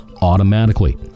automatically